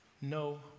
No